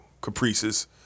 caprices